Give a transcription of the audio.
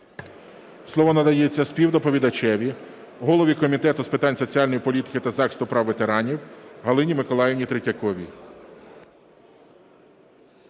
Слово надається співдоповідачеві, голові Комітету з питань соціальної політики та захисту прав ветеранів Галині Миколаївні Третьяковій.